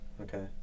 okay